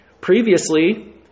Previously